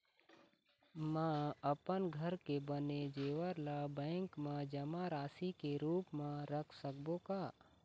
म अपन घर के बने जेवर ला बैंक म जमा राशि के रूप म रख सकबो का?